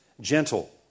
gentle